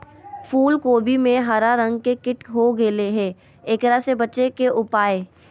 फूल कोबी में हरा रंग के कीट हो गेलै हैं, एकरा से बचे के उपाय?